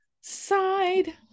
side